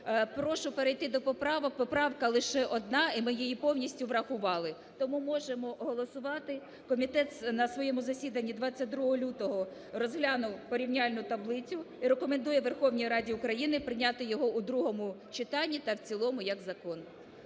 Прошу перейти до поправок. Поправка лише одна і ми її повністю врахували. Тому можемо голосувати. Комітет на своєму засіданні 22 лютого розглянув порівняльну таблицю і рекомендує Верховній Раді України прийняти його у другому читанні та в цілому як закон.